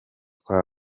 kuri